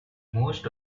most